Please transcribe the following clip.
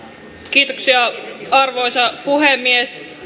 kiitoksia arvoisa puhemies